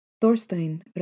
Thorstein